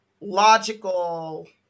Logical